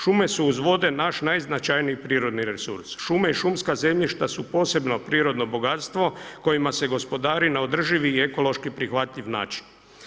Šume su uz vode naš najznačajniji prirodni resurs, šume i šumska zemljišta su posebno prirodno bogatstvo kojima se gospodari na održivi i ekološki prihvatljivi način.